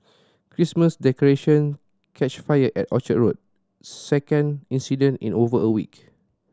Christmas decoration catch fire at Orchard Road second incident in over a week